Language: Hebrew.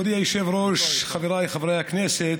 מכובדי היושב-ראש, חבריי חברי הכנסת,